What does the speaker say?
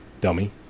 dummy